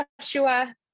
Joshua